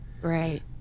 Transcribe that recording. Right